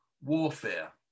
warfare